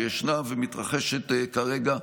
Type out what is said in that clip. שישנה ומתרחשת כרגע.